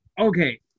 Okay